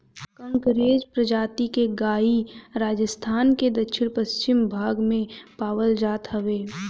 कांकरेज प्रजाति के गाई राजस्थान के दक्षिण पश्चिम भाग में पावल जात हवे